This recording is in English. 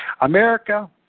America